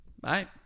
Bye